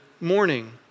morning